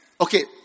okay